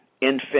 infant